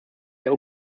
der